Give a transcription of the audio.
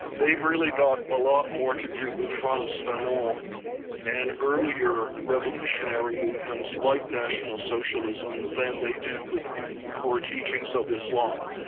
they've really got a lot more to do with fronts than oil and earlier revolutionary movements like national socialism than they do with the core teachings so of islam.